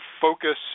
focus